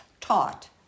Taught